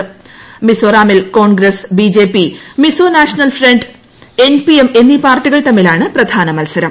സുരക്ഷാ മിസോറാമിൽ Congress B J P Mizo National Front N P M എന്നീ പാർട്ടികൾ തമ്മിലാണ് പ്രധാന മത്സരം